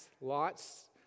lots